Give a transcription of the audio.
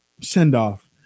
send-off